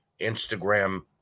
Instagram